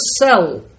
cell